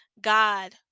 god